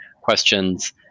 questions